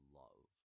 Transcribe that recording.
love